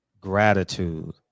gratitude